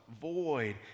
void